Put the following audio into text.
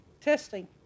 Testing